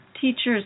teachers